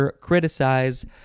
criticize